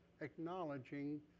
acknowledging